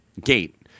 gate